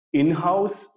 in-house